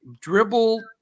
dribble